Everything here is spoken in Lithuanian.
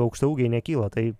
aukštaūgiai nekyla tai